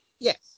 Yes